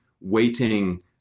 waiting